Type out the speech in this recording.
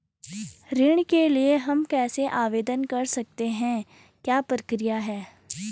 ऋण के लिए हम कैसे आवेदन कर सकते हैं क्या प्रक्रिया है?